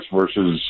versus